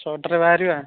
ଛଅଟାରେ ବାହାରିବା